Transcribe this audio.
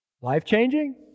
Life-changing